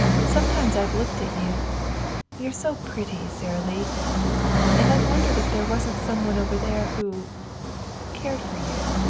sometimes i've looked at you you're so pretty, sara lee and i've wondered if there wasn't some one over there who cared for you.